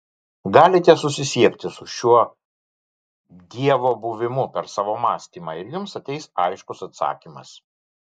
galite susisiekti su šiuo dievo buvimu per savo mąstymą ir jums ateis aiškus atsakymas